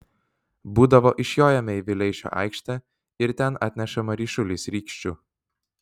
būdavo išjojame į vileišio aikštę ir ten atnešama ryšulys rykščių